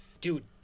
Dude